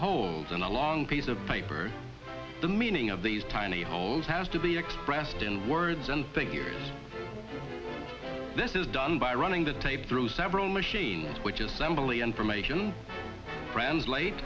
holes on a long piece of paper the meaning of these tiny holes has to be expressed in words and thinking this is done by running the tape through several machines which assembly information translate